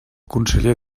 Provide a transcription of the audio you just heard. conseller